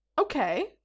Okay